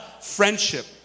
friendship